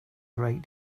great